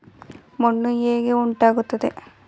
ಮಣ್ಣು ಹೇಗೆ ಉಂಟಾಗುತ್ತದೆ?